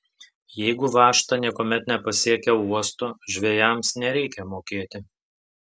jeigu važta niekuomet nepasiekia uosto žvejams nereikia mokėti